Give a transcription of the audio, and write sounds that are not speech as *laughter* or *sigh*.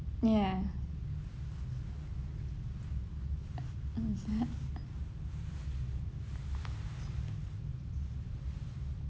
ya mm *laughs*